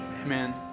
Amen